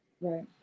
Right